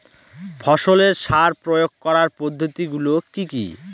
ফসলের সার প্রয়োগ করার পদ্ধতি গুলো কি কি?